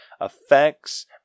effects